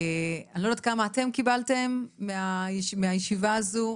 אני לא יודעת כמה אתם קיבלתם מהישיבה הזו,